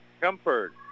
Comfort